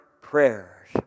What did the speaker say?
prayers